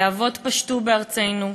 "להבות פשטו בארצנו.